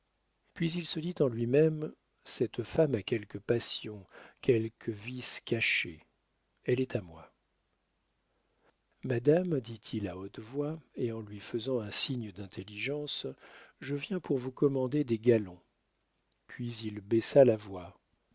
puis il se dit en lui-même cette femme a quelque passion quelques vices cachés elle est à moi madame dit-il à haute voix et en lui faisant un signe d'intelligence je viens pour vous commander des galons puis il baissa la voix